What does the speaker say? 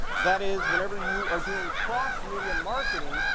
that is whenever you are doing cross media marketing,